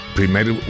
primeiro